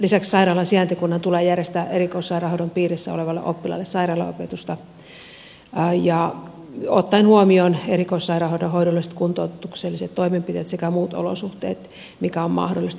lisäksi sairaalan sijaintikunnan tulee järjestää erikoissairaanhoidon piirissä olevalle oppilaalle sairaalaopetusta ottaen huomioon erikoissairaanhoidon hoidolliset kuntoutukselliset toimenpiteet sekä muut olosuhteet mikä on mahdollista